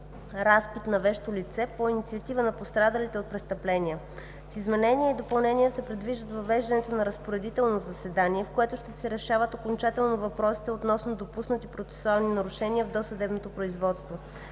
разпит на вещо лице по инициатива на пострадалите от престъпления. С измененията и допълненията се предвижда въвеждането на разпоредително заседание, в което ще се решават окончателно въпросите относно допуснати процесуални нарушения в досъдебното производство.